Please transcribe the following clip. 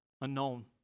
unknown